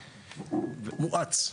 מואץ.